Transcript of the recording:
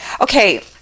Okay